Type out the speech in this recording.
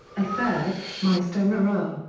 a third, meister raro,